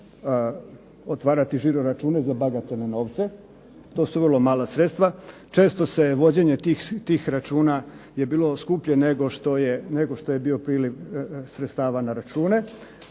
otvarati žiro račune za bagatelne novce. To su vrlo mala sredstva. Često se vođenje tih računa je bilo skuplje nego što je bio priliv sredstava na račune.